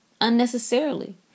unnecessarily